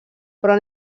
però